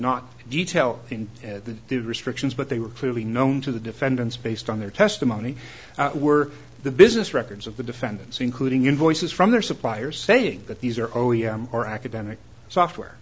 not detail in the the restrictions but they were clearly known to the defendants based on their testimony were the business records of the defendants including invoices from their suppliers saying that these are o e m or academic software